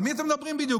על מי אתם מדברים בדיוק?